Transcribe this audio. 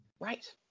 Right